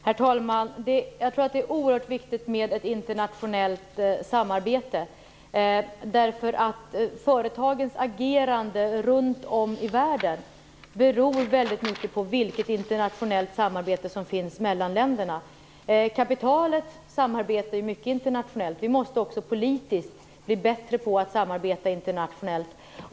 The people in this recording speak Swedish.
Herr talman! Jag tror att det är oerhört viktigt att ha ett internationellt samarbete. Agerandet ute på företag runt om i världen beror väldigt mycket på vilket internationellt samarbete som finns mellan länderna. Kapitalet samarbetar ju mycket internationellt, men också politiskt måste vi bli bättre på att samarbeta internationellt.